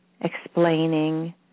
explaining